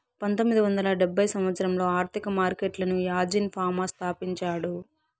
పంతొమ్మిది వందల డెబ్భై సంవచ్చరంలో ఆర్థిక మార్కెట్లను యాజీన్ ఫామా స్థాపించాడు